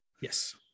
Yes